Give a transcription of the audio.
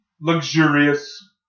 Luxurious